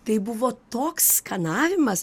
tai buvo toks skanavimas